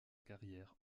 carrière